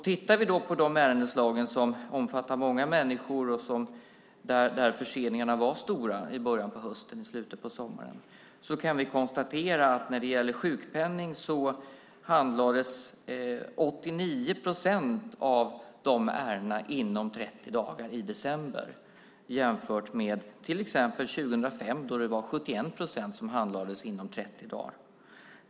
Tittar vi då på de ärendeslag som omfattar många människor och där förseningarna var stora i början av hösten och slutet av sommaren kan vi konstatera att när det gäller sjukpenning handlades 89 procent av ärendena inom 30 dagar i december, jämfört med till exempel 2005, då det var 71 procent av ärendena som handlades inom 30 dagar.